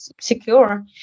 secure